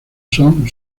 son